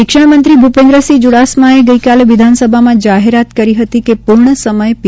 શિક્ષણમંત્રી ભુપેન્દ્રસિંહ ચુડાસમાએ ગઇકાલે વિધાનસભામાં જાહેરાત કરી હતી કે પુર્ણ સમય પી